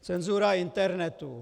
Cenzura internetu.